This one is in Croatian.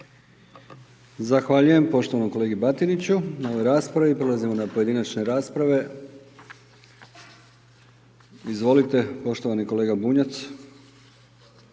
Zahvaljujem poštovanom kolegi Batiniću na ovoj raspravi. Prelazimo na pojedinačne rasprave. Izvolite, poštovani kolega Bunjac.